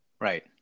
right